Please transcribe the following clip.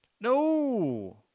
No